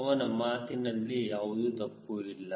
ಅವನ ಮಾತಿನಲ್ಲಿ ಯಾವುದೇ ತಪ್ಪು ಇಲ್ಲ